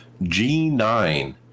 G9